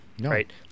Right